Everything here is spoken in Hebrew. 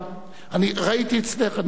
ראיתי אצלך,